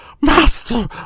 Master